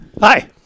Hi